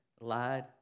Lied